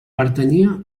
pertanyia